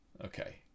okay